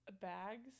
Bags